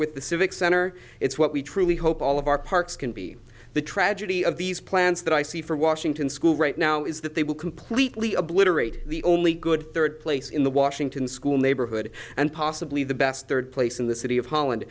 with the civic center it's what we truly hope all of our parks can be the tragedy of these plans that i see for washington school right now is that they will completely obliterate the only good third place in the washington school neighborhood and possibly the best third place in the city of holland